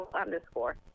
underscore